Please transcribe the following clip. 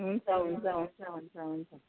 हुन्छ हुन्छ हुन्छ हुन्छ हुन्छ